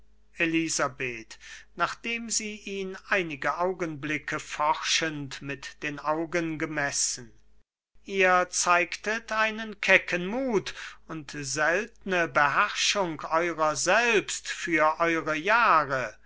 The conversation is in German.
elisabeth nachdem sie ihen einige augenblicke forschend mit den augen gemessen ihr zeigtet einen kecken mut und seltne beherrschung eurer selbst für eure jahre